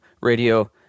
Radio